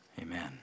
Amen